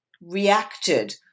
reacted